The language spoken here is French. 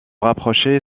rapprocher